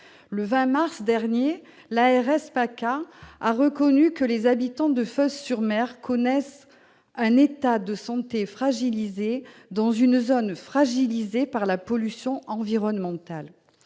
Provence-Alpes-Côte d'Azur, a reconnu que les habitants de Fos-sur-Mer connaissent « un état de santé fragilisé, dans une zone fragilisée par la pollution environnementale